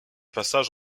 passages